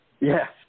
Yes